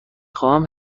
خواهم